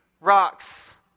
rocks